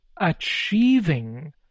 achieving